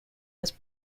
was